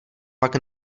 pak